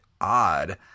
odd